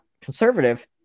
conservative